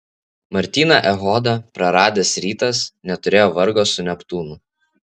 martyną echodą praradęs rytas neturėjo vargo su neptūnu